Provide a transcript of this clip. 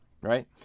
right